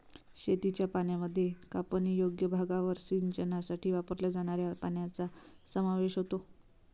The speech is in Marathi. शेतीच्या पाण्यामध्ये कापणीयोग्य भागावर सिंचनासाठी वापरल्या जाणाऱ्या पाण्याचा समावेश होतो